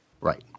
Right